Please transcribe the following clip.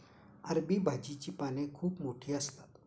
अरबी भाजीची पाने खूप मोठी असतात